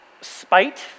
spite